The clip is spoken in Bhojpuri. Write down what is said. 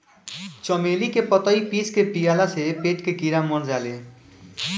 चमेली के पतइ पीस के पियला से पेट के कीड़ा मर जाले